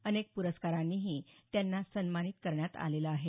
अनेक पुरस्कारांनीही त्यांना सन्मानित करण्यात आलेलं आहे